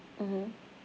mmhmm